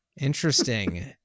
interesting